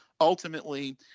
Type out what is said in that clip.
ultimately